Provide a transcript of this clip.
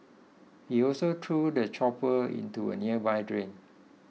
he also threw the chopper into a nearby drain